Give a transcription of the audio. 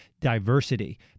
diversity